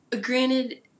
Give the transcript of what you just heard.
granted